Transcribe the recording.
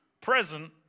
present